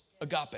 agape